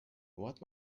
what